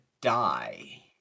die